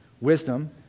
wisdom